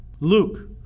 Luke